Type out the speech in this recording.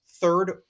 third